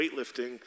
weightlifting